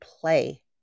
play